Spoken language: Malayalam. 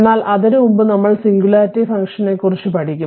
എന്നാൽ അതിനുമുമ്പ് നമ്മൾ സിംഗുലാരിറ്റി ഫംഗ്ഷനെക്കുറിച്ച് പഠിക്കും